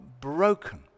broken